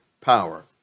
power